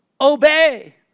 obey